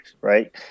right